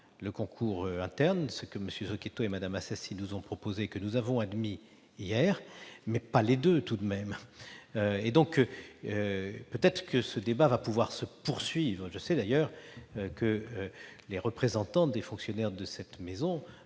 le concours interne, ce que M. Zocchetto et Mme Assassi nous ont proposé et que nous avons admis hier, mais on ne peut tout de même pas retenir les deux ! Peut-être ce débat va-t-il cependant se poursuivre. Je sais d'ailleurs que les représentants des fonctionnaires de cette maison